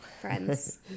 friends